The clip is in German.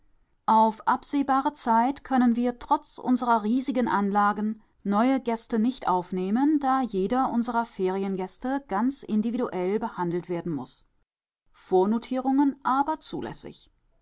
auf absehbare zeit können wir trotz unserer riesigen anlagen neue gäste nicht aufnehmen da jeder unserer feriengäste ganz individuell behandelt werden muß vornotierungen aber zulässig